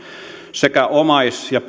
sekä omais ja